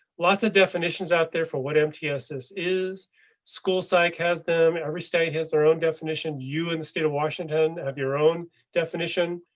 lots of definitions out there for what mtss is school psych has them. every state has their own definition. you in the state of washington have your own definition.